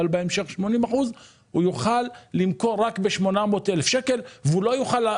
אבל בהמשך 80 אחוזים - רק ב-800 אלף שקלים והפערים